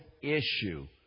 issue